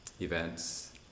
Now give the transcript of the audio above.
events